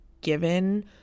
given